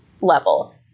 level